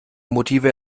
motive